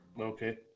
Okay